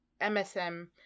MSM